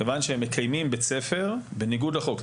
כיוון שהם מקיימים בית ספר בניגוד החוק,